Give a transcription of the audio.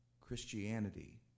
Christianity